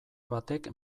batek